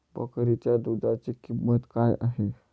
बकरीच्या दूधाची किंमत काय आहे?